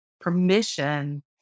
permission